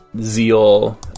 zeal